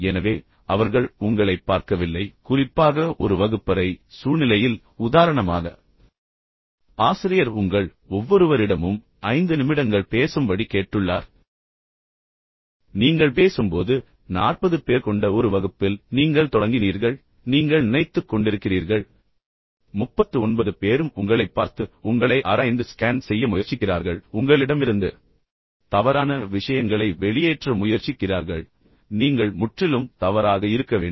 எனவே அவர்கள் உங்களைப் பார்க்கவில்லை குறிப்பாக ஒரு வகுப்பறை சூழ்நிலையில் உதாரணமாக ஆசிரியர் உங்கள் ஒவ்வொருவரிடமும் 5 நிமிடங்கள் பேசும்படி கேட்டுள்ளார் நீங்கள் பேசும்போது 40 பேர் கொண்ட ஒரு வகுப்பில் நீங்கள் தொடங்கினீர்கள் நீங்கள் நினைத்துக் கொண்டிருக்கிறீர்கள் 39 பேரும் உங்களைப் பார்த்து பின்னர் உங்களை ஆராய்ந்து ஸ்கேன் செய்ய முயற்சிக்கிறார்கள் உங்களிடமிருந்து தவறான விஷயங்களை வெளியேற்ற முயற்சிக்கிறார்கள் நீங்கள் முற்றிலும் தவறாக இருக்க வேண்டும்